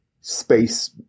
space